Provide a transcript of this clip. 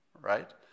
Right